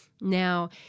Now